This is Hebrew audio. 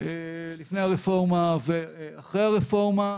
לפני הרפורמה ואחרי הרפורמה.